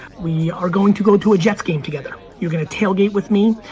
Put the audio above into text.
we are going to go to a jets game together. you're gonna tailgate with me,